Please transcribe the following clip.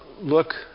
look